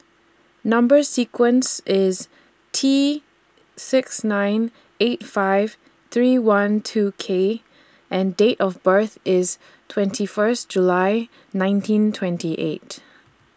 Number sequence IS T six nine eight five three one two K and Date of birth IS twenty First July nineteen twenty eight